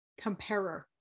comparer